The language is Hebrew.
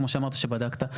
כמו שאמרת שבדקת,